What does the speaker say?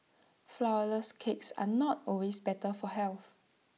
Flourless Cakes are not always better for health